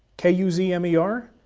k u z m e r.